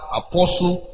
apostle